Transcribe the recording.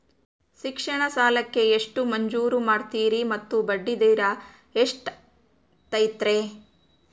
ಶಿಕ್ಷಣ ಸಾಲಕ್ಕೆ ಎಷ್ಟು ಮಂಜೂರು ಮಾಡ್ತೇರಿ ಮತ್ತು ಬಡ್ಡಿದರ ಎಷ್ಟಿರ್ತೈತೆ?